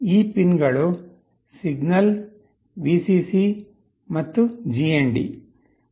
ಈ ಪಿನ್ಗಳು ಸಿಗ್ನಲ್ವಿಸಿಸಿ ಮತ್ತು ಜಿಎನ್ಡಿ ಈ 3 ಪಿನ್ಗಳನ್ನು ಸಂಪರ್ಕಿಸಬೇಕು